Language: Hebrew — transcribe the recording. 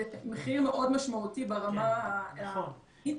זה מחיר מאוד משמעותי ברמה הלאומית,